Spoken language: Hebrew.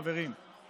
חברים,